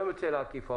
גם יוצא לעקיפה,